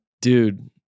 Dude